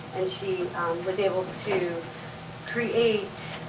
and she was able to create,